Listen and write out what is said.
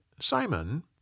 Simon